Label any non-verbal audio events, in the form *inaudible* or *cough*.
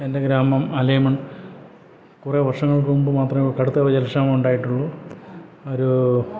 എൻ്റെ ഗ്രാമം അലൈമൺ കുറേ വർഷങ്ങൾക്ക് മുൻപ് മാത്രമേ കടുത്ത *unintelligible* ജലക്ഷാമം ഉണ്ടായിട്ടുള്ളൂ ഒരു